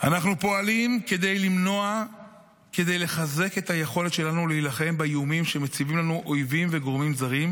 של התגייסות למען הכלל ושל היכולת להתמודד גם עם המצבים המורכבים ביותר.